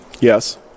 Yes